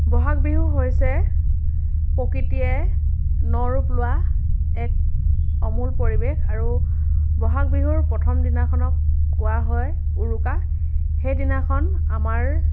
ব'হাগ বিহু হৈছে প্ৰকৃতিয়ে ন ৰূপ লোৱা এক অমূল পৰিৱেশ আৰু বহাগ বিহুৰ প্ৰথম দিনাখনক কোৱা হয় উৰুকা সেইদিনাখন আমাৰ